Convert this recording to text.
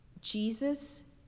Jesus